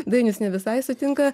dainius ne visai sutinka